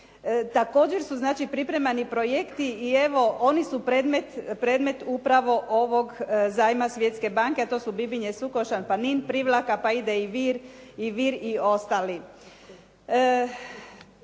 također su pripremani projekti i evo oni su predmet upravo ovog zajma Svjetske banke, a to su Bibinje, Sukošan, Panin, Privlaka pa ide i Vir i ostali.